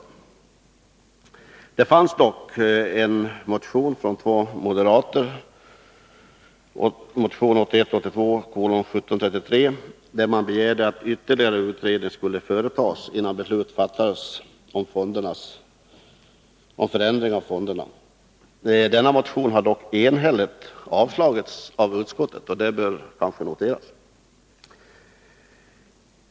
Två moderater har dock i en motion, 1981/82:1733, begärt att ytterligare utredning skall företas innan beslut fattas om förändring av fonderna. Denna motion har dock enhälligt avstyrkts av utskottet, vilket kanske bör noteras.